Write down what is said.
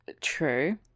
True